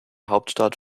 hauptstadt